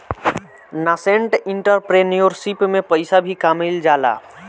nascent entrepreneurship में पइसा भी कामयिल जाला